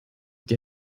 dir